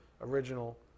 original